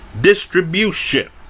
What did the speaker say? distribution